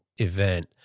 event